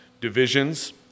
divisions